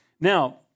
Now